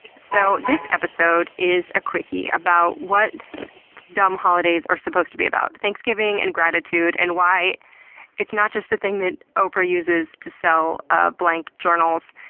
so this episode is a quickie about what dumb holidays are supposed to be about. thanksgiving and gratitude, and why it's not just a thing that oprah uses to sell ah blank journals,